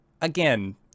again